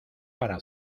para